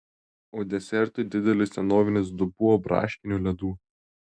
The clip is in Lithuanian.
o desertui didelis senovinis dubuo braškinių ledų